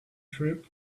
trip